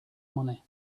money